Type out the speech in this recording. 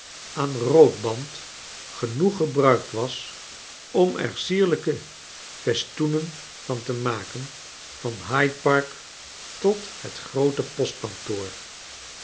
aan rood band genoeg gebruikt was om er sierlijke festoenen van te ma ken van hyde park tot het